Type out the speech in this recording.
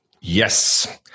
Yes